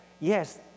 yes